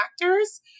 factors